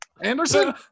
Anderson